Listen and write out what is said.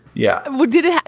yeah we did it.